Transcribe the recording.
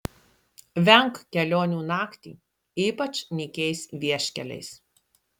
venk kelionių naktį ypač nykiais vieškeliais